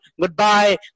goodbye